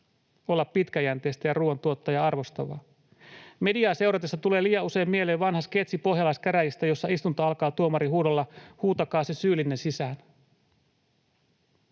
olla pitkäjänteistä ja ruuan tuottajaa arvostavaa? Mediaa seuratessa tulee liian usein mieleen vanha sketsi pohjalaiskäräjistä, jossa istunto alkaa tuomarin huudolla ”huutakaa se syyllinen sisään”.